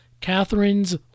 Catherine's